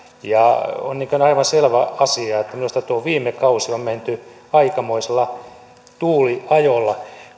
on aivan selvä asia että minusta tuo viime kausi on menty aikamoisella tuuliajolla